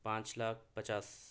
پانچ لاکھ پچاس